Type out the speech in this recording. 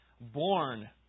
born